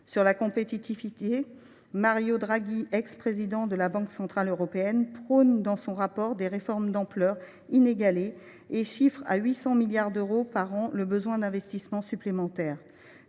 Sur la compétitivité, Mario Draghi, ancien président de la Banque centrale européenne (BCE), prône dans son rapport des réformes d’une ampleur inégalée et chiffre à 800 milliards d’euros par an le besoin d’investissements supplémentaires.